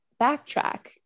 backtrack